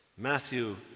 Matthew